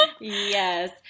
Yes